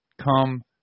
come